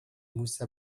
moussa